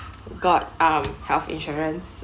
got um health insurance